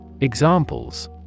Examples